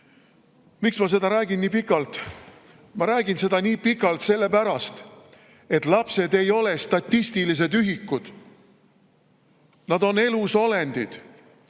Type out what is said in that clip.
Miks ma seda räägin nii pikalt? Ma räägin seda nii pikalt sellepärast, et lapsed ei ole statistilised ühikud. Nad on elusolendid.